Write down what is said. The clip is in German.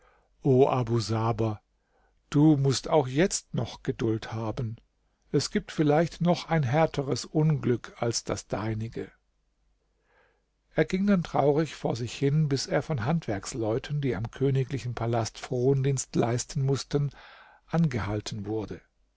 abu saber du mußt auch jetzt noch geduld haben es gibt vielleicht noch ein härteres unglück als das deinige er ging dann traurig vor sich hin bis er von handwerksleuten die am königlichen palast frondienst leisten mußten angehalten wurde